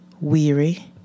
Weary